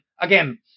Again